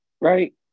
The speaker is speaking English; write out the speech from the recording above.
Right